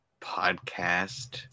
podcast